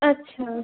আচ্ছা